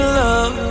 love